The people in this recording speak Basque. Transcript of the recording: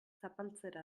zapaltzera